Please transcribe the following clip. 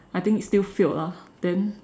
I think he still failed lah then